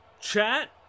chat